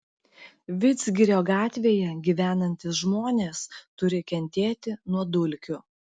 vidzgirio gatvėje gyvenantys žmonės turi kentėti nuo dulkių